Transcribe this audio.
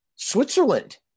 Switzerland